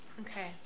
Okay